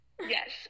Yes